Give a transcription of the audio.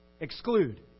exclude